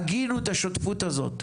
הגינו את השותפות הזאת.